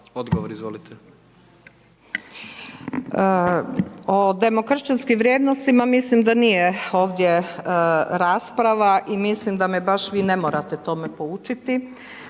Nada (HDZ)** O demokršćanskim vrijednostima mislim da nije ovdje rasprava i mislim da me baš vi ne morate tome poučiti,